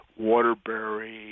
Waterbury